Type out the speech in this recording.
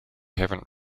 haven’t